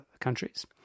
Countries